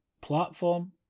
platform